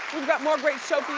got more great show